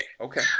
Okay